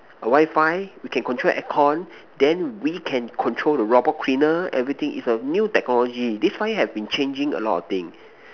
wi-fi can control aircon then we can control the robot cleaner everything is a new technology this five year has been changing a lot of thing